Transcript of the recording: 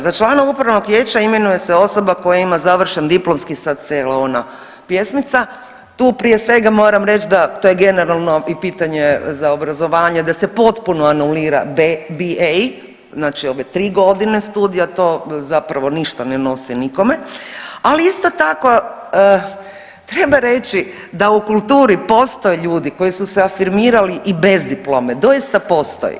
Za člana upravnog vijeća imenuje se osoba koja ima završen diplomski sad cijela ona pjesmica, tu prije svega moram reći da to je generalno i pitanje za obrazovanje da se potpuno anulira BA, znači ove tri godine studija to zapravo ništa ne nosi nikome, ali isto tako treba reći da u kulturi postoje ljudi koji su se afirmirali i bez diplome, doista postoje.